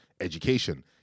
education